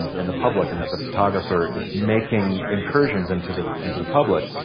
in the public, and that the photographer is making incursions into the, into the public.